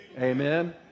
Amen